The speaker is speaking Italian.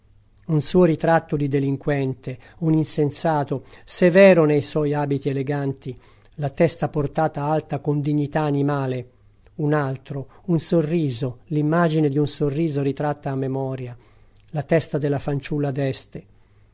un suo ritratto di delinquente un insensato severo nei suoi abiti eleganti la testa portata alta con dignità animale un altro un sorriso l'immagine di un sorriso ritratta a memoria la testa della fanciulla